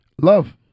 Love